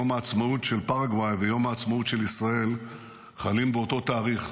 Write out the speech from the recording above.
יום העצמאות של פרגוואי ויום העצמאות של ישראל חלים באותו התאריך,